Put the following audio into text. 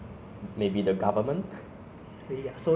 it's like they going the wrong way lah so I think